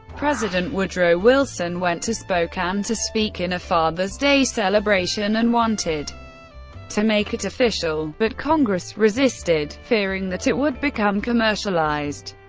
president woodrow wilson went to spokane to speak in a father's day celebration and wanted to make it official, but congress resisted, fearing that it would become commercialized.